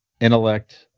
intellect